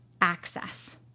access